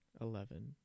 eleven